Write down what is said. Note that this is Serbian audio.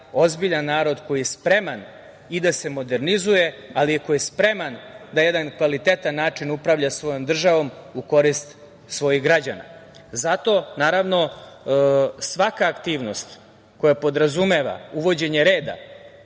ozbiljan narod koji je spreman i da se modernizuje, ali koji je spreman da na jedan kvalitetan način upravlja svojom državom u korist svojih građana. Zato, naravno, svaka aktivnost koja podrazumeva uvođenje reda,